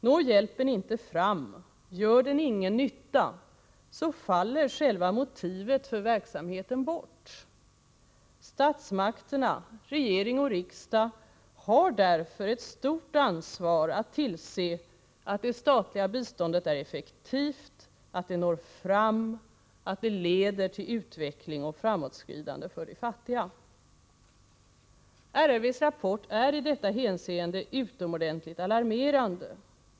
Når hjälpen inte fram, gör den ingen nytta, så faller själva motivet för verksamheten bort. Statsmakterna, regering och riksdag, har därför ett stort ansvar att tillse att det statliga biståndet är effektivt, att det når fram och att det leder till utveckling och framåtskridande för de fattiga. RRV:s rapport är i detta hänseende utomordentligt alarmerande.